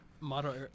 model